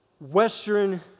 Western